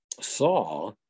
saw